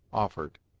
offered.